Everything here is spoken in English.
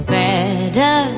better